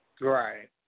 Right